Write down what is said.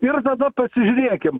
ir tada pasižiūrėkim